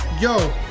Yo